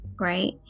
right